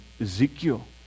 Ezekiel